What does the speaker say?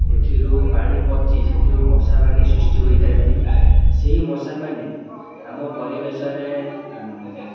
ଏଥିରୁ ପାଣି ପଚି ସେଥିରୁ ମଶାମାନେ ସୃଷ୍ଟି ହୋଇଥାନ୍ତି ସେହି ମଶାମାନେ ଆମ ପରିବେଶରେ